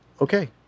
okay